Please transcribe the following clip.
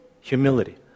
humility